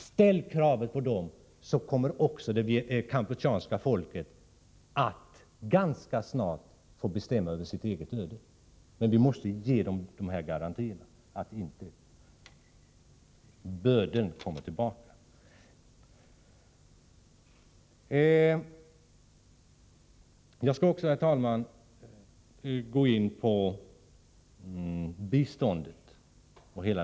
Ställ krav på Pol Pot och Kina, så kommer det kampucheanska folket att ganska snart få bestämma över sitt eget öde. Vi måste ge garantier att bödeln inte kommer tillbaka. Jag skall också, herr talman, gå in på biståndet till Vietnam.